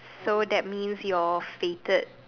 so that means your fated